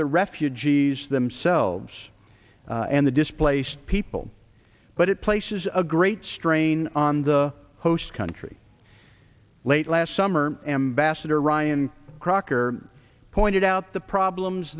the refugees themselves and the displaced people but it places a great strain on the host country late last summer ambassador ryan crocker pointed out the problems